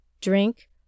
drink